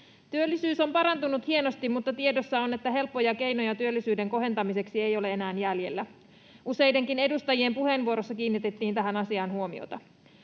Työllisyys on parantunut hienosti, mutta tiedossa on, että helppoja keinoja työllisyyden kohentamiseksi ei ole enää jäljellä. Useidenkin edustajien puheenvuoroissa kiinnitettiin tähän asiaan huomiota.